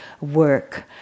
work